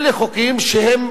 אלה חוקים שהם